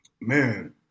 man –